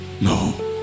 no